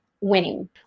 winning